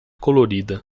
colorida